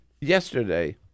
yesterday